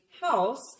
house